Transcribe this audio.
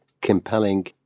compelling